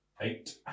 Eight